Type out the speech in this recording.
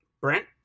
Brent